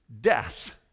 death